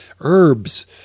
herbs